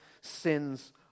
sins